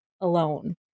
alone